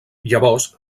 llavors